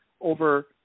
over